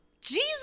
Jesus